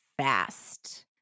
fast